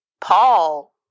Paul